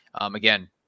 again